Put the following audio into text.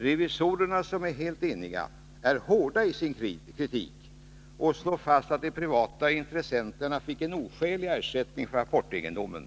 Revisorerna — Granskning av som är eniga — är hårda i sin kritik och slår fast att de privata intressenterna den ekonomiska fick en oskälig ersättning för apportegendomen.